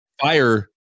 fire